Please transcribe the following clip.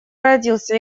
родился